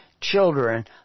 children